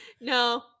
no